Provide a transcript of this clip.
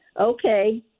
Okay